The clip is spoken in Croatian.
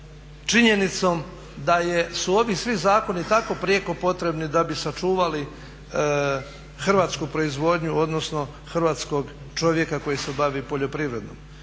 činjenicom da su ovi svi zakoni tako prijeko potrebni da bi sačuvali hrvatsku proizvodnju, odnosno hrvatskog čovjeka koji se bavi poljoprivredom.